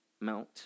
mount